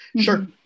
Sure